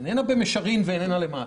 ואיננה במישרין ואיננה למעשה,